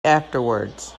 afterwards